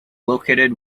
located